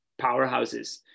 powerhouses